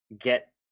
Get